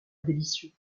délicieux